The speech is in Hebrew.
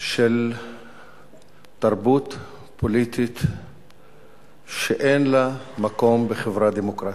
של תרבות פוליטית שאין לה מקום בחברה דמוקרטית.